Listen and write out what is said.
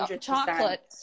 chocolate